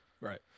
Right